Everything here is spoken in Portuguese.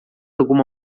alguma